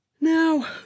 now